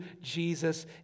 Jesus